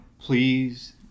Please